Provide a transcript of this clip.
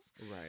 Right